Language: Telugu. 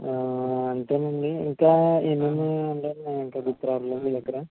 అంతేనండి ఇంకా ఏమి ఏమి నాకింకా గుర్తు రావట్లేదు మీ దగ్గర